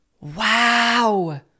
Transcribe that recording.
Wow